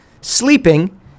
sleeping